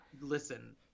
listen